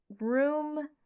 room